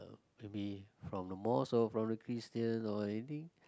maybe from the mosque or from the Christian or anything